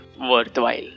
worthwhile